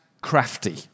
crafty